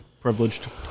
privileged